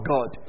God